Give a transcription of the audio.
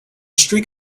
streak